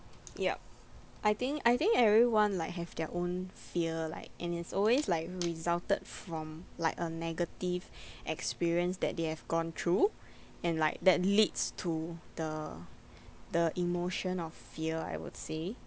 yup I think I think everyone like have their own fear like and it's always like resulted from like a negative experience that they have gone through and like that leads to the the emotion of fear I would say